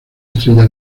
estrella